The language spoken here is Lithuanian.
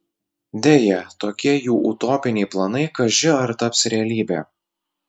deja tokie jų utopiniai planai kaži ar taps realybe